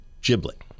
giblet